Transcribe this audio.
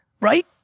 right